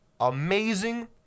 amazing